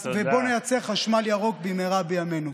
ובואו נייצר חשמל ירוק במהרה בימינו.